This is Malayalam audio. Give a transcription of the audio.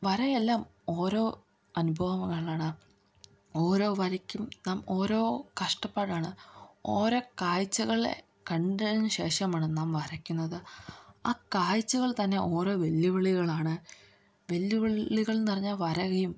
വരയെല്ലാം ഓരോ അനുഭവങ്ങളാണ് ഓരോ വരയ്ക്കും നാം ഓരോ കഷ്ടപ്പാടാണ് ഓരോ കാഴ്ചകളെ കണ്ടതിനു ശേഷമാണ് നാം വരയ്ക്കുന്നത് ആ കാഴ്ചകൾ തന്നെ ഓരോ വെല്ലുവിളികളാണ് വെല്ലുവിളികൾ നിറഞ്ഞ വരയും